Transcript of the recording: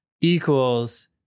equals